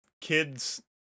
kids